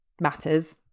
matters